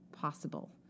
possible